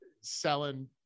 selling